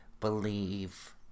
believe